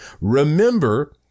Remember